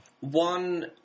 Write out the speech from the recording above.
One